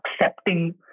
accepting